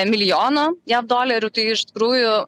milijono jav dolerių tai iš tikrųjų